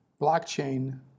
blockchain